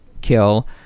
kill